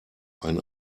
ein